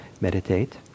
meditate